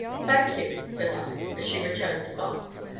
thank you! said i, as she returned the box,